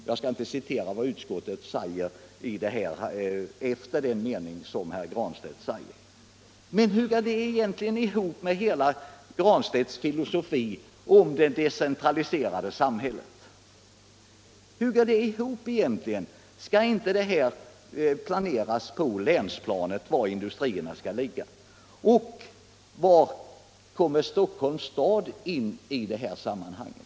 Jag skall inte citera vad utskottet säger efter den mening som herr Granstedt citerade, men hur hänger detta egentligen ihop med herr Granstedts hela filosofi om det decentraliserade samhället? Hur går det ihop egentligen? Skall det inte planeras på länsnivå var industrierna skall ligga? Och var kommer Stockholms kommun in i det här sammanhanget?